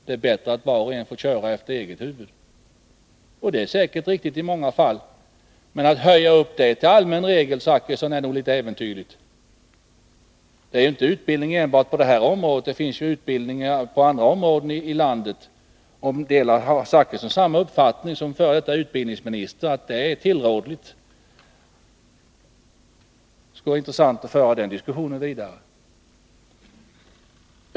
Det är bättre att var och en får köra efter eget huvud, sade Bertil Zachrisson. Det är säkert riktigt i många fall. Men att höja upp det till allmän regel är nog litet äventyrligt, Bertil Zachrisson. Det finns ju här i landet utbildning även på andra områden. Har Bertil Zachrisson som f. d. utbildningsminister även där uppfattningen att det är tillrådligt att avstå från obligatorisk utbildning? Det skulle vara intressant att föra den diskussionen vidare.